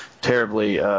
terribly